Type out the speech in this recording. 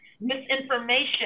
misinformation